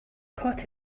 caught